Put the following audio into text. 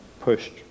pushed